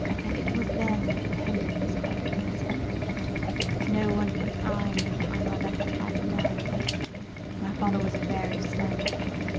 and it was then that the pendant was copied and sent no one but i knew that my mother had had it done my father was a very stern man.